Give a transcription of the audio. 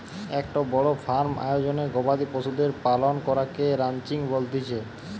একটো বড় ফার্ম আয়োজনে গবাদি পশুদের পালন করাকে রানচিং বলতিছে